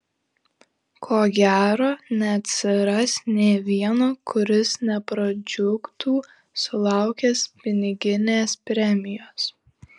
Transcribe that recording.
ko gero neatsiras nė vieno kuris nepradžiugtų sulaukęs piniginės premijos